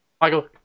Michael